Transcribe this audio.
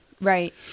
right